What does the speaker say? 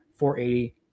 480